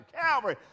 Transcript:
Calvary